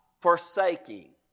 forsaking